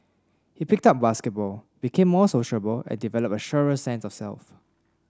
he picked up basketball became more sociable and developed a surer sense of self